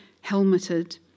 helmeted